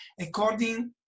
according